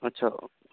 ਅੱਛਾ